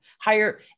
higher